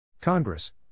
Congress